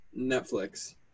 netflix